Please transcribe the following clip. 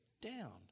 down